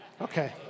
Okay